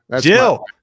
jill